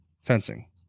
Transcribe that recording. Fencing